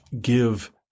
give